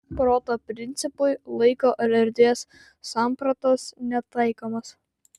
proto principui laiko ar erdvės sampratos netaikomos